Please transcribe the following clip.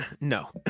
No